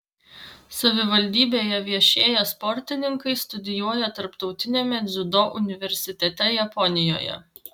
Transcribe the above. savivaldybėje viešėję sportininkai studijuoja tarptautiniame dziudo universitete japonijoje